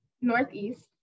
Northeast